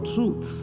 Truth